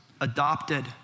adopted